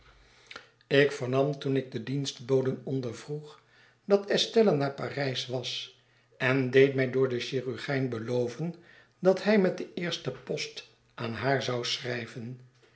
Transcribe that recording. ik vernam toen ik de dienstboden ondervroeg dat estella naar parijs was en deed mij door den chirurgijn beloven dat hij met de eerste post aan haar zou schrijven